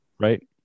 right